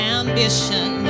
ambition